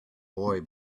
boy